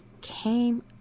came